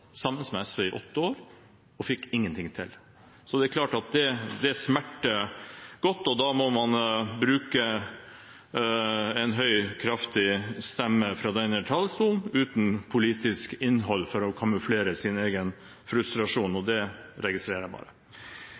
sammen med SV i åtte år og fikk ingenting til. Så det er klart at det smerter godt, og da må man – uten politisk innhold – bruke en høy og kraftig stemme fra denne talerstolen for å kamuflere sin egen frustrasjon. Det registrerer jeg.